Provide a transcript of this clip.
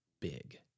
big